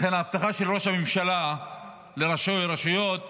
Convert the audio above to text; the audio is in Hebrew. לכן ההבטחה של ראש הממשלה לראשי הרשויות